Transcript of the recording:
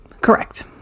Correct